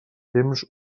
temps